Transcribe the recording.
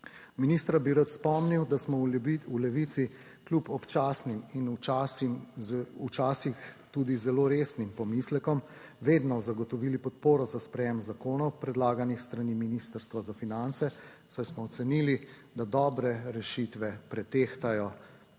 Ministra bi rad spomnil, da smo v Levici kljub občasnim in včasih tudi zelo resnim pomislekom vedno zagotovili podporo za sprejem zakonov predlaganih s strani Ministrstva za finance, saj smo ocenili, da dobre rešitve pretehtajo